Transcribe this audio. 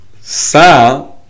Sa